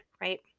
right